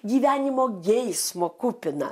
gyvenimo geismo kupiną